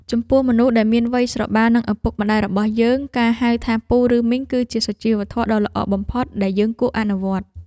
ចំពោះមនុស្សដែលមានវ័យស្របាលនឹងឪពុកម្តាយរបស់យើងការហៅថាពូឬមីងគឺជាសុជីវធម៌ដ៏ល្អបំផុតដែលយើងគួរអនុវត្ត។